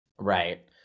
Right